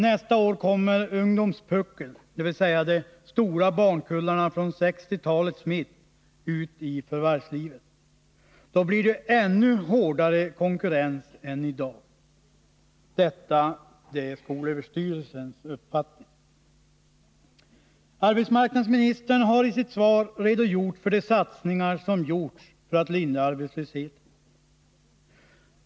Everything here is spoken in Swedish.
Nästa år kommer ”ungdomspuckeln”, dvs. de stora barnkullarna från 1960-talets mitt, ut i förvärvslivet. Då det blir det ännu hårdare konkurrens än i dag. Detta är skolöverstyrelsens uppfattning. Arbetsmarknadsministern har i sitt svar redovisat de satsningar som gjorts för att lindra arbetslösheten.